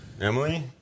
Emily